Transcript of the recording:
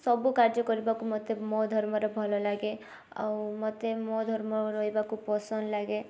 ସବୁ କାର୍ଯ୍ୟ କରିବାକୁ ମତେ ମୋ ଧର୍ମରେ ଭଲ ଲାଗେ ଆଉ ମତେ ମୋ ଧର୍ମର ରହିବାକୁ ପସନ୍ଦ ଲାଗେ